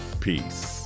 Peace